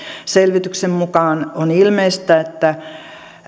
selvityksen mukaan on ilmeistä että